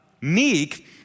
meek